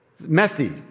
Messy